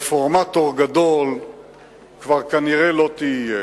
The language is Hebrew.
רפורמטור גדול כנראה כבר לא תהיה,